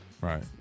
Right